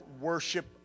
worship